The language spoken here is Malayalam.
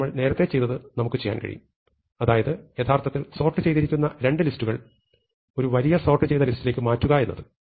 നമ്മൾ നേരത്തെ ചെയ്തത് നമുക്ക് ചെയ്യാൻ കഴിയും അതായത് യഥാർത്ഥത്തിൽ സോർട്ട് ചെയ്തിരിക്കുന്ന രണ്ട് ലിസ്റ്റുകൾ ഒരു വലിയ സോർട്ട് ചെയ്ത ലിസ്റ്റിലേക്ക് മാറ്റുക എന്നത്